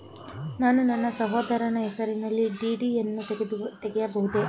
ನಾನು ನನ್ನ ಸಹೋದರನ ಹೆಸರಿನಲ್ಲಿ ಡಿ.ಡಿ ಯನ್ನು ತೆಗೆಯಬಹುದೇ?